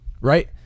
right